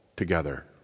together